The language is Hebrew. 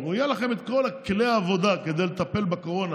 יהיו לכם את כל כלי העבודה כדי לטפל בקורונה